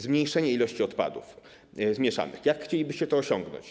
Zmniejszenie ilości odpadów mieszanych - jak chcielibyście to osiągnąć?